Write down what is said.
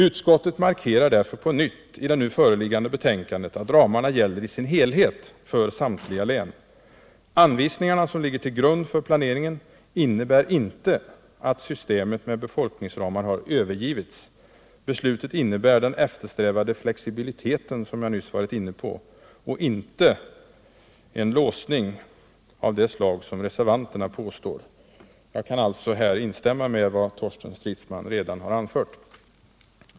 Utskottet markerar därför på nytt i det nu föreliggande betänkandet att ramarna gäller i sin helhet för samtliga län. Anvisningarna, som ligger till grund för planeringen, innebär inte att systemet med befolkningsramar har övergivits. Beslutet innebär den eftersträvade flexibiliteten, som jag nyss var inne på, inte en låsning av det slag som reservanterna påstår. Jag kan alltså här instämma i vad Torsten Stridsman redan har anfört.